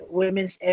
women's